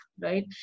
Right